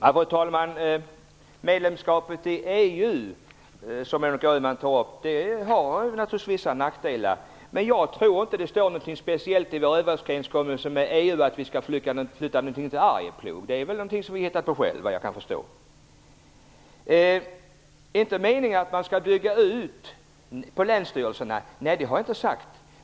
Fru talman! Medlemskapet i EU, som Monica Öhman tog upp, har naturligtvis vissa nackdelar. Men jag tror inte att det står något i vår överenskommelse med EU om att vi skall flytta någonting till Arjeplog. Det har vi väl hittat på själva enligt vad jag kan förstå. Det är inte meningen att man skall bygga ut på länsstyrelserna, sade Monica Öhman. Nej, det har jag inte sagt.